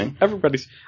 everybody's